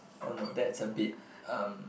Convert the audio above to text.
oh no that is a bit um